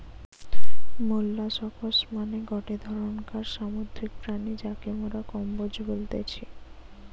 molluscs মানে গটে ধরণকার সামুদ্রিক প্রাণী যাকে মোরা কম্বোজ বলতেছি